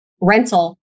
rental